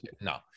No